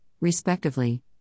respectively